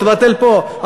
תבטל פה,